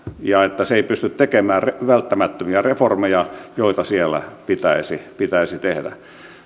ja että se ei pysty tekemään välttämättömiä reformeja joita siellä pitäisi pitäisi tehdä